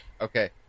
Okay